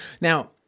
Now